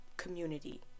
community